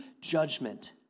Judgment